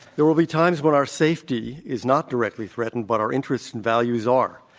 there will be times when our safety is not directly threatened, but our interests and values are.